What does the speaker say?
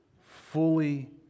fully